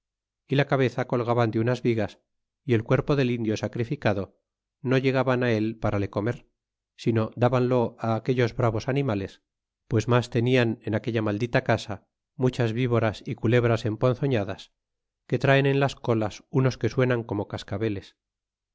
y la cabeza colgaban de unas vigas y el cuerpo del indio sacrificado no llegaban él para le comer sino dbanlo aquelos bral os animales pues mas tenian en aquella maldita casa muchas víboras y culebras emponzdiadas que traen en las colas unos que suenan como cascabeles